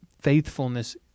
faithfulness